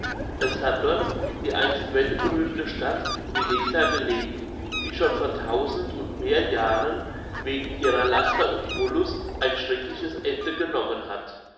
es hat dort die einst weltberühmte stadt wineta gelegen die schon vor tausend und mehr jahren wegen ihrer laster und wollust ein schreckliches ende genommen hat